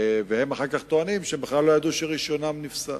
והם אחר כך טוענים שהם בכלל לא ידעו שרשיונם נפסל.